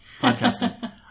podcasting